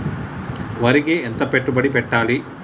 వరికి ఎంత పెట్టుబడి పెట్టాలి?